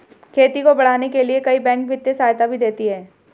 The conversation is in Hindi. खेती को बढ़ाने के लिए कई बैंक वित्तीय सहायता भी देती है